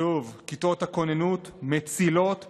שוב, כיתות הכוננות מצילות חיים.